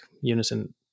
Unison